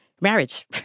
marriage